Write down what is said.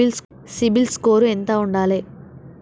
CIBIL score ఎంత ఉండాలే?